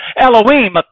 Elohim